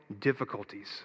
difficulties